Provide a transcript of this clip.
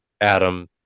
Adam